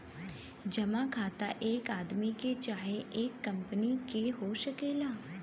जमा खाता एक आदमी के चाहे एक कंपनी के हो सकेला